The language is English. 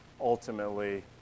Ultimately